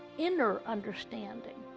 inner understanding